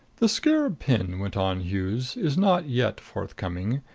the scarab pin, went on hughes, is not yet forthcoming.